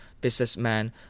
businessman